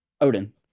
Odin